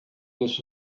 this